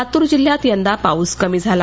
लातूर जिल्हात यंदा पाउस कमी झाला